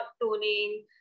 toning